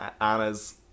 anna's